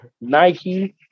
Nike